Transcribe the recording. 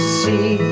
see